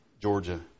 Georgia